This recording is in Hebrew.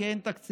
כי אין תקציב.